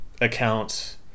account